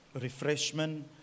refreshment